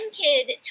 kid